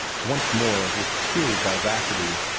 once more with cheery vivacity.